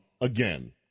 again